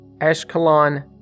Ashkelon